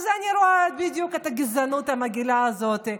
אז אני רואה בדיוק את הגזענות המגעילה הזאת.